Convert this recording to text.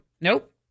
Nope